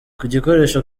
kugikoresha